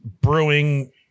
brewing